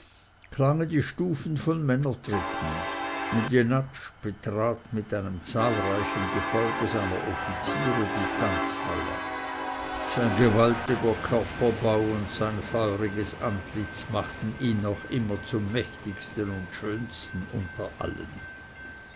klangen die stufen von männertritten und jenatsch betrat mit einem zahlreichen gefolge seiner offiziere die tanzhalle sein gewaltiger körperbau und sein feuriges antlitz machten ihn noch immer zum mächtigsten und schönsten unter allen